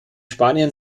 spanien